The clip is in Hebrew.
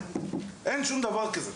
אין שום דבר כזה.